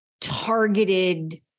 targeted